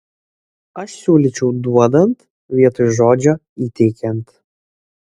aš siūlyčiau duodant vietoj žodžio įteikiant